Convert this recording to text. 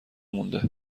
مونده